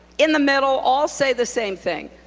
in the middle, all say the same thing.